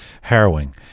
harrowing